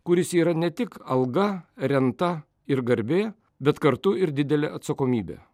kuris yra ne tik alga renta ir garbė bet kartu ir didelė atsakomybė